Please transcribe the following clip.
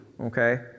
okay